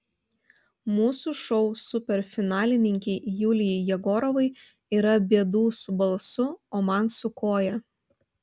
mūsų šou superfinalininkei julijai jegorovai yra bėdų su balsu o man su koja